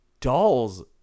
Dolls